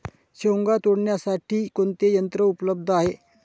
शेवगा तोडण्यासाठी कोणते यंत्र उपलब्ध आहे?